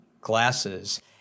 glasses